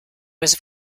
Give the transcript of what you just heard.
was